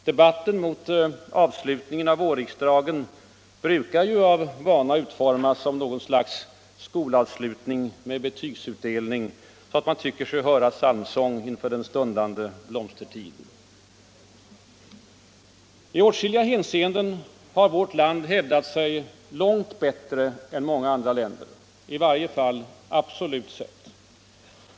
Debatten mot slutet av vårriksdagen brukar ju av vana utformas som något slags skolavslutning med betygsutdelning, så att man tycker sig höra psalmsång inför en stundande blomstertid. I åtskilliga hänseenden har vårt land hävdat sig långt bättre än många andra länder, i varje fall absolut sett.